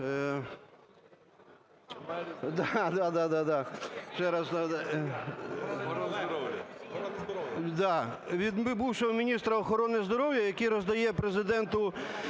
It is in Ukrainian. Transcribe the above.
від бувшого міністра охорони здоров'я, який роздає Президенту